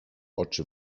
oczy